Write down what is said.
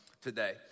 today